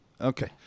Okay